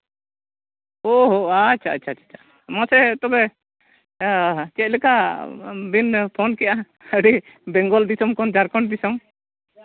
ᱚ ᱦᱚᱸ ᱟᱪᱪᱷᱟ ᱟᱪᱪᱷᱟ ᱢᱟᱥᱮ ᱛᱚᱵᱮ ᱦᱮᱸ ᱪᱮᱫ ᱞᱮᱠᱟ ᱵᱤᱱ ᱯᱷᱳᱱ ᱠᱮᱫᱼᱟ ᱟᱹᱰᱤ ᱵᱮᱝᱜᱚᱞ ᱫᱤᱥᱚᱢ ᱠᱷᱚᱱ ᱡᱷᱟᱲᱠᱷᱚᱸᱰ ᱫᱤᱥᱚᱢ